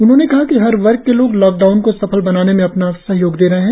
उन्होंने कहा कि हर वर्ग के लोग लॉकडाउन को सफल बनाने में अपना सहयोग दे रहे हैं